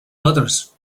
others